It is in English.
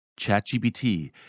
ChatGPT